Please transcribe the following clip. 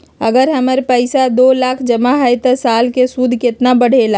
अगर हमर पैसा दो लाख जमा है त साल के सूद केतना बढेला?